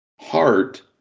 Heart